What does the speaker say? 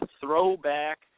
throwback